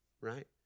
right